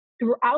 Throughout